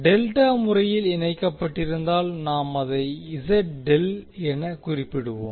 delta முறையில் இணைக்கப்பட்டிருந்தால் நாம் அதை எனக் குறிப்பிடுவோம்